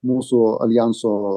mūsų aljanso